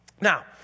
Now